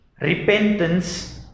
repentance